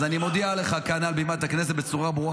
אז אני מודיע לך כאן מעל בימת הכנסת בצורה ברורה